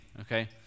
okay